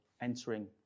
entering